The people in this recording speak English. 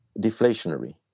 deflationary